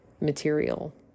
material